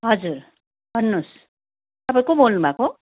हजुर भन्नुहोस् तपाईँ को बोल्नु भएको